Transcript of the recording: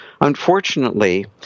Unfortunately